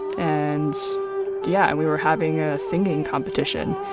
and yeah. and we were having a singing competition.